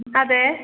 അതെ